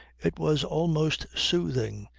it was almost soothing,